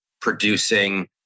producing